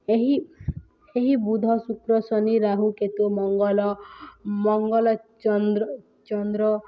ଏହି ଏହି ବୁଦ୍ଧ ଶୁକ୍ର ଶନି ରାହୁ କେତୁ ମଙ୍ଗଳ ମଙ୍ଗଳ ଚନ୍ଦ୍ର ଚନ୍ଦ୍ର